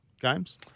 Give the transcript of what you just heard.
games